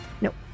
nope